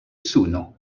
suno